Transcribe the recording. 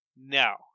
now